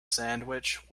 sandwich